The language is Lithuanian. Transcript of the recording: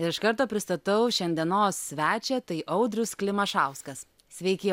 ir iš karto pristatau šiandienos svečią tai audrius klimašauskas sveiki